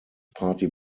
party